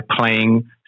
playing